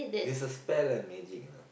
is a spell and magic lah